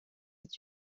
est